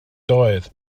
doedd